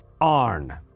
Arn